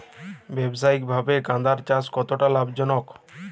ব্যবসায়িকভাবে গাঁদার চাষ কতটা লাভজনক?